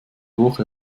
woche